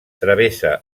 travessa